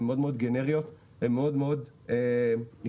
הן מאוד גנריות והן מאוד תיאורטיות.